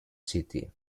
city